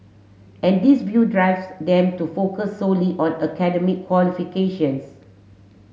and this view drives them to focus solely on academic qualifications